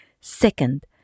Second